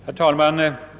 Herr talman!